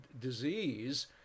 disease